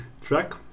track